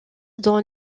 dans